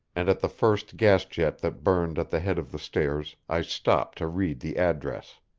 and at the first gas-jet that burned at the head of the stairs i stopped to read the address.